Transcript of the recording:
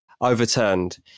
overturned